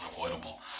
unavoidable